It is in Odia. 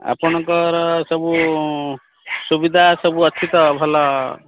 ଆପଣଙ୍କର ସବୁ ସୁବିଧା ସବୁ ଅଛି ତ ଭଲ